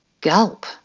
Gulp